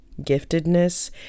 giftedness